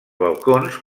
balcons